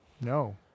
No